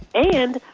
and,